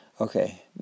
okay